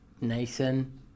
Nathan